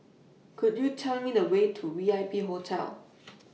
Could YOU Tell Me The Way to V I P Hotel